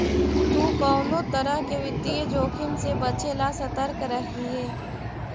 तु कउनो तरह के वित्तीय जोखिम से बचे ला सतर्क रहिये